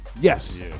Yes